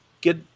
get